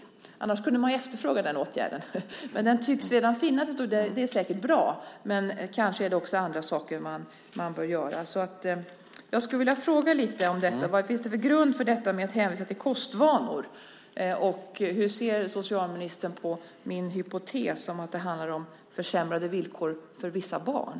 Den tycks finnas, annars skulle man efterfråga den åtgärden. Den är säkert bra, men kanske är det också andra saker som man bör göra. Jag skulle vilja fråga: Vad finns det för grund för att hänvisa till kostvanor, och hur ser socialministern på min hypotes att det handlar om försämrade villkor för vissa barn?